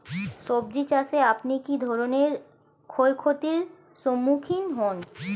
সবজী চাষে আপনি কী ধরনের ক্ষয়ক্ষতির সম্মুক্ষীণ হন?